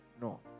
No